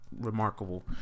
Remarkable